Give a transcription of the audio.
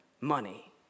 Money